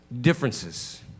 differences